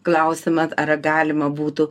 klausiama ar galima būtų